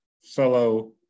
fellow